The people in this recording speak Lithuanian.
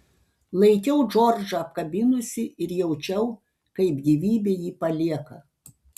laikiau džordžą apkabinusi ir jaučiau kaip gyvybė jį palieka